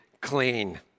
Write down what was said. clean